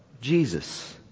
Jesus